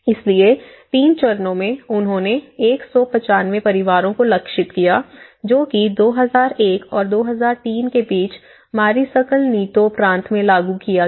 इसलिए 3 चरणों में उन्होंने 195 परिवारों को लक्षित किया जो कि 2001 और 2003 के बीच मारिसकल नीतो प्रांत में लागू किया गया